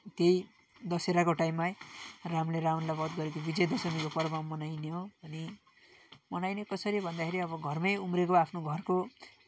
त्यही दसेराको टाइममै रामले रावणलाई वध गरेको विजय दशमीको पर्व मनाइने हो अनि मनाइने कसरी भन्दाखेरि अब घरमै उम्रेको आफ्नो घरको